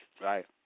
right